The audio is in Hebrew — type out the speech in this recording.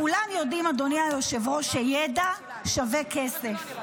כולם יודעים, אדוני היושב-ראש, שידע שווה כסף.